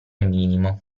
minimo